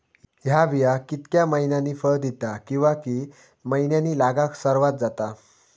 हया बिया कितक्या मैन्यानी फळ दिता कीवा की मैन्यानी लागाक सर्वात जाता?